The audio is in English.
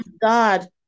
God